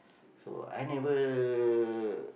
so I never